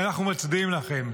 ואנחנו מצדיעים לכם.